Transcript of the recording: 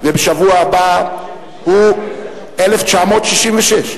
בשבוע הבא, 1966?